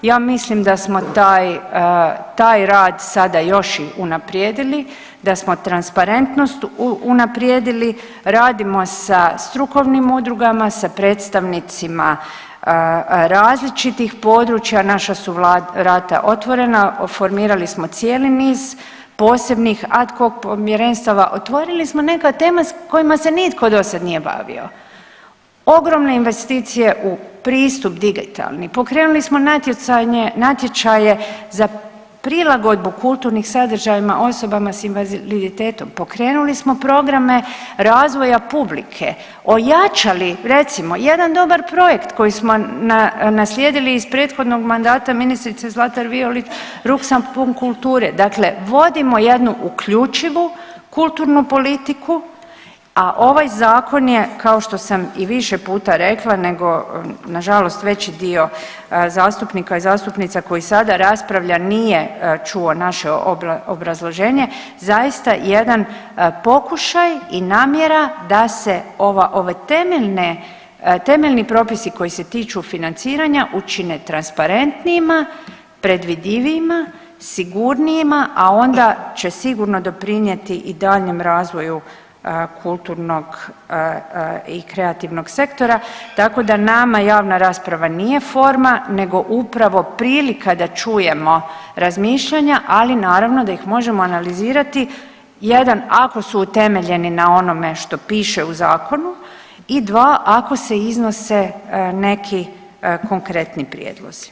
Ja mislim da smo taj, taj rad sada još unaprijedili, da smo transparentnost unaprijedili, radimo sa strukovnim udrugama, sa predstavnicima različitih područja, naša su vrata otvorena, formirali smo cijeli niz posebnih ad hoc povjerenstava, otvorili smo neke teme s kojima se nitko dosad nije bavio, ogromne investicije u pristup digitalni, pokrenuli smo natječaje za prilagodbu kulturnih sadržajima osobama s invaliditetom, pokrenuli smo programe razvoja publike, ojačali recimo jedan dobar projekt koji smo naslijedili iz prethodnog mandata ministrice Zlatar Violić ruksan pun kulture, dakle vodimo jednu uključivu kulturnu politiku, a ovaj zakon je kao što sam i više puta rekla nego nažalost veći dio zastupnika i zastupnica koji sada raspravlja nije čulo naše obrazloženje, zaista jedan pokušaj i namjera da se ova, ovi temeljne, temeljni propisi koji se tiču financiranja učine transparentnijima, predvidivijima, sigurnijima, a onda će sigurno doprinjeti i daljnjem razvoju kulturnog i kreativnog sektora tako da nama javna rasprava nije forma nego upravo prilika da čujemo razmišljanja, ali naravno da ih možemo analizirati, jedan ako su utemeljeni na onome što piše u zakonu i dva ako se iznose neki konkretni prijedlozi.